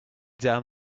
down